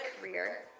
career